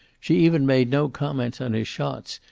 she even made no comments on his shots,